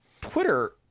twitter